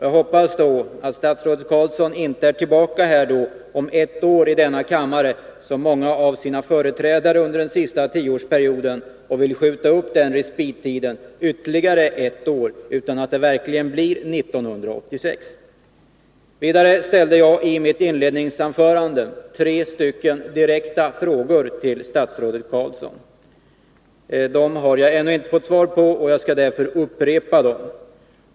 Jag hoppas att statsrådet Carlsson inte är tillbaka i denna kammare om ett år, som många av sina företrädare under den senaste tioårsperioden, och vill skjuta upp respittiden ytterligare ett år utan att det verkligen blir 1986. Vidare ställde jag i mitt inledningsanförande tre direkta frågor till statsrådet Carlsson. Jag har ännu inte fått svar på dem, och jag skall därför upprepa dem.